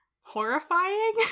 horrifying